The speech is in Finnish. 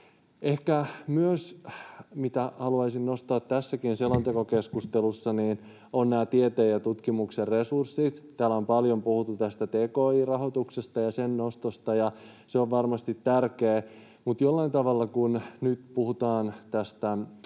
sellainen, mitä haluaisin nostaa tässäkin selontekokeskustelussa, ovat tieteen ja tutkimuksen resurssit. Täällä on paljon puhuttu tki-rahoituksesta ja sen nostosta, ja se on varmasti tärkeää, mutta kun nyt puhutaan Ukrainan